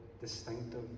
distinctive